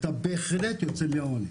אתה בהחלט יוצא מהעוני.